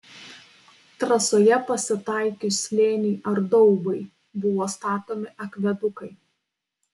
trasoje pasitaikius slėniui ar daubai buvo statomi akvedukai